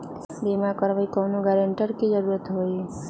बिमा करबी कैउनो गारंटर की जरूरत होई?